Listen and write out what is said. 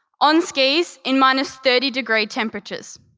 on skis, in minus thirty degree temperatures.